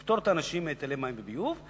לפטור את האנשים מהיטלי מים וביוב,